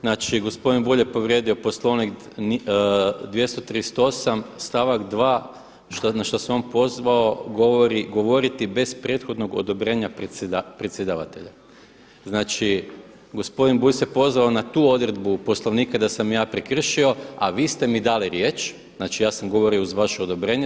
Znači gospodin Bulj je povrijedio Poslovnik 238. stavak 2. na što se on pozvao govori: „Govoriti bez prethodnog odobrenja predsjedavatelja.“ Znači, gospodin Bulj se pozvao na tu odredbu Poslovnika da sam ja prekršio a vi ste mi dali riječ, znači ja sam govorio uz vaše odobrenje.